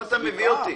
לאן אתה מביא אותי?